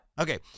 Okay